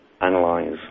analyze